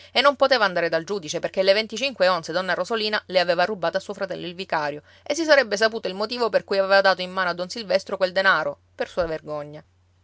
e non poteva andare dal giudice perché le onze donna rosolina le aveva rubate a suo fratello il vicario e si sarebbe saputo il motivo per cui aveva dato in mano a don silvestro quel denaro per sua vergogna